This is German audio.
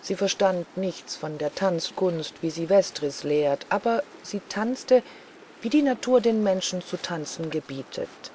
sie verstand nichts von der tanzkunst wie sie vestris lehrt aber sie tanzte wie die natur den menschen zu tanzen gebietet